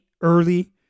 early